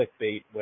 clickbait